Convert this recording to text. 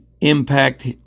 impact